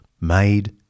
made